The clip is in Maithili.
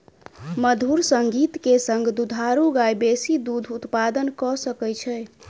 मधुर संगीत के संग दुधारू गाय बेसी दूध उत्पादन कअ सकै छै